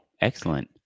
excellent